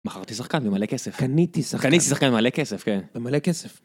מכרתי תשחקן במלא כסף. קניתי שחקן. קניתי שחקן במלא כסף, כן. במלא כסף.